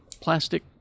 plastic